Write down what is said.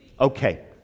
Okay